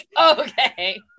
Okay